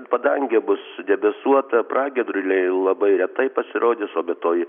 padangė bus debesuota pragiedruliai labai retai pasirodys o be to